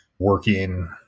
Working